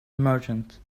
merchant